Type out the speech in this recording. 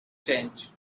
changed